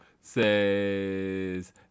says